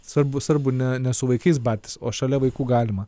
svarbu svarbu ne ne su vaikais bartis o šalia vaikų galima